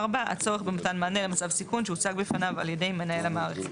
הצורך במתן מענה למצב סיכון שהוצג בפניו על ידי מנהל המערכת".